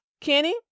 Kenny